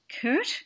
Kurt